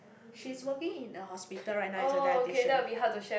she's working in a hospital right now as a dietician